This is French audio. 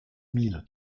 mille